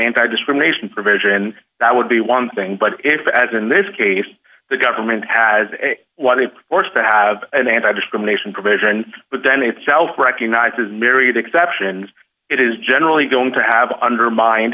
anti discrimination provision that would be one thing but if as in this case the government has a forced to have an anti discrimination provision but then if south recognizes married exceptions it is generally going to have undermined